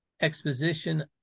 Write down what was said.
exposition